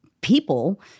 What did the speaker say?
People